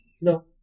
No